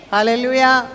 Hallelujah